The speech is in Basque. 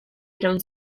iraun